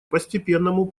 постепенному